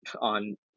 on